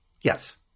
Yes